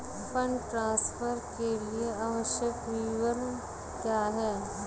Fund transfer के लिए आवश्यक विवरण क्या हैं?